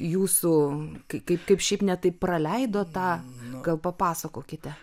jūsų kaip kaip šiaip ne taip praleido tą gal papasakokite